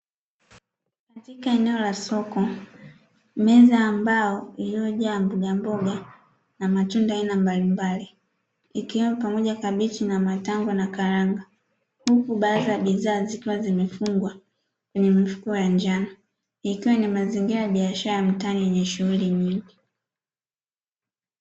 Katika eneo la soko, meza ya mbao iliyojaa mbogamboga na matunda aina mbalimbali ikiwemo pamoja kabichi na matango na karanga. Huku baadhi ya bidhaa zikiwa zimefungwa kwenye mifuko ya njano, ikiwa ni mazingira ya biashara ya mtaani yenye shughuli nyingi.